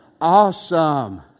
Awesome